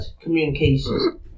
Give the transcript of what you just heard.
communication